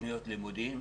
לתוכניות לימודים,